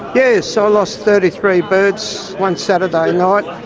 yeah so lost thirty three birds one saturday night.